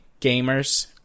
gamers